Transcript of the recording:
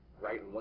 right